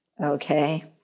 okay